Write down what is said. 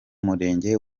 murenge